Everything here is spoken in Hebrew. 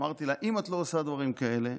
אמרתי לה: אם את לא עושה דברים כאלה,